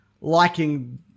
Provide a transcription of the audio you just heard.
liking